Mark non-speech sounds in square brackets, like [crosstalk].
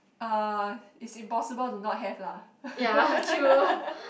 uh it's impossible to not have lah [laughs]